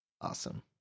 Awesome